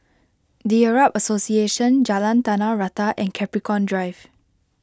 the Arab Association Jalan Tanah Rata and Capricorn Drive